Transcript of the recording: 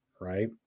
right